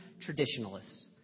traditionalists